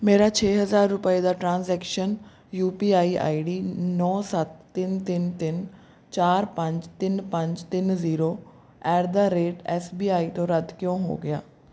ਮੇਰਾ ਛੇ ਹਜ਼ਾਰ ਰੁਪਏ ਦਾ transactions U P I I D ਨੌਂ ਸੱਤ ਤਿੰਨ ਤਿੰਨ ਤਿੰਨ ਚਾਰ ਪੰਜ ਤਿੰਨ ਪੰਜ ਤਿੰਨ zero at the rate S B I ਤੋਂ ਰੱਦ ਕਿਉਂ ਹੋ ਗਿਆ